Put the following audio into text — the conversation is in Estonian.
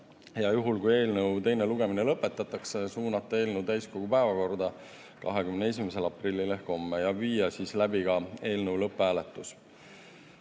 ja juhul, kui eelnõu teine lugemine lõpetatakse, suunata eelnõu täiskogu päevakorda 21. aprilliks ehk homseks ja viia siis läbi eelnõu lõpphääletus.